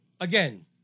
again